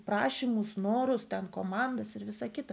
prašymus norus ten komandas ir visa kita